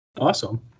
Awesome